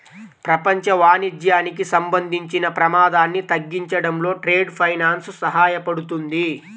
ప్రపంచ వాణిజ్యానికి సంబంధించిన ప్రమాదాన్ని తగ్గించడంలో ట్రేడ్ ఫైనాన్స్ సహాయపడుతుంది